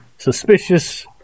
Suspicious